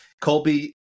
Colby